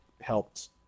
helped